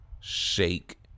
Shake